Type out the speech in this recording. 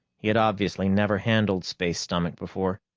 he had obviously never handled space-stomach before.